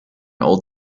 old